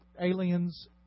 aliens